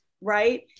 right